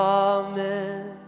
amen